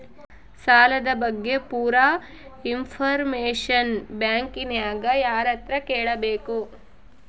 ಸಾಲದ ಬಗ್ಗೆ ಪೂರ ಇಂಫಾರ್ಮೇಷನ ಬ್ಯಾಂಕಿನ್ಯಾಗ ಯಾರತ್ರ ಕೇಳಬೇಕು?